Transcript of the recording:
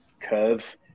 curve